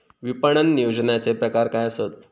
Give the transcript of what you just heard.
विपणन नियोजनाचे प्रकार काय आसत?